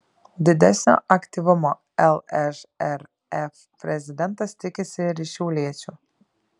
didesnio aktyvumo lžrf prezidentas tikisi ir iš šiauliečių